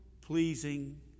pleasing